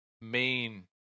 main